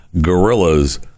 gorillas